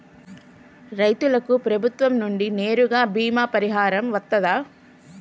రైతులకు ప్రభుత్వం నుండి నేరుగా బీమా పరిహారం వత్తదా?